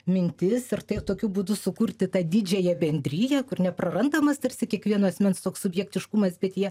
mintis ar taip tokiu būdu sukurti tą didžiąją bendriją kur neprarandamas tarsi kiekvieno asmens toks subjektiškumas bet jie